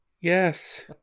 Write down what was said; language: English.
Yes